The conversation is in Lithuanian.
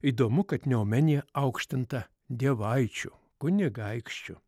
įdomu kad neomenija aukštinta dievaičių kunigaikščių